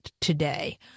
today